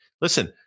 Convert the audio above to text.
listen